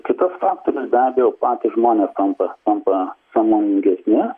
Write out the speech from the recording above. kitas faktorius be abejo patys žmonės tampa tampa sąmoningesni